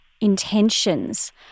intentions